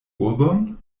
urbon